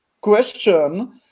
question